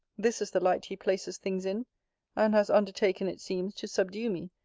this is the light he places things in and has undertaken, it seems, to subdue me,